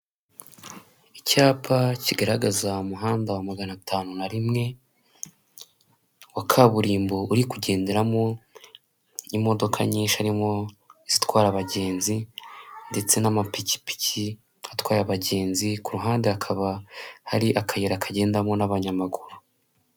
Icyapa kigaragaza umuhanda wa magana atanu na rimwe wa kaburimbo uri kugenderamo imodoka nyinshi harimo izitwara abagenzi ndetse n'amapikipiki atwaye abagenzi, ku ruhande hakaba hari akayira kagendamo n'abanyamaguru.